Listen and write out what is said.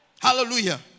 Hallelujah